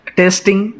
testing